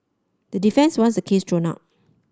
the defence wants the case thrown out